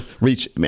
reach